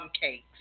cakes